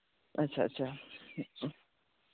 ᱟᱪᱪᱷᱟ ᱟᱪᱪᱷᱟ